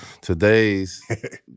today's